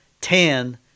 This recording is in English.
ten